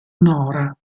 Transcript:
nora